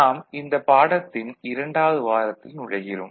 நாம் இந்தப் பாடத்தின் 2வது வாரத்தில் நுழைகிறோம்